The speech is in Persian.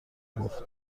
گفت